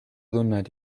tunned